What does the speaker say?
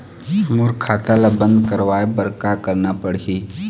मोर खाता ला बंद करवाए बर का करना पड़ही?